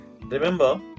Remember